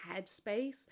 headspace